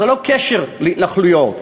זה לא קשור להתנחלויות.